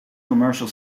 commercial